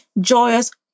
joyous